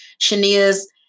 Shania's